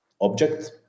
object